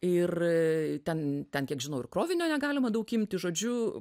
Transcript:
ir ten ten kiek žinau ir krovinio negalima daug imti žodžiu